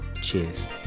Cheers